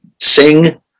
sing